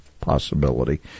possibility